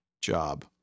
job